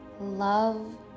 love